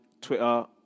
Twitter